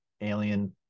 alien